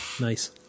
Nice